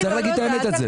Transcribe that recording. אפשר להגיד את האמת על זה.